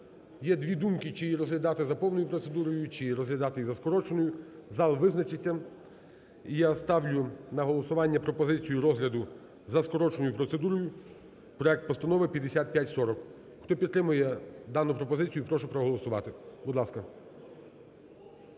Є дві думки, чи її розглядати за повною процедурою, чи розглядати її скороченою. Зал визначиться. І я ставлю на голосування пропозицію розгляду за скороченою процедурою проект Постанови 5540. Хто підтримує дану пропозицію, прошу проголосувати. Будь ласка.